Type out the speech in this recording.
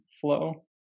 flow